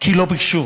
כי לא ביקשו.